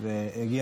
והוא הגיע,